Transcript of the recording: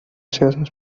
связано